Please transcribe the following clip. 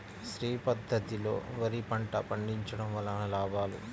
శ్రీ పద్ధతిలో వరి పంట పండించడం వలన లాభాలు?